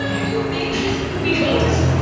you, maybe it could be both.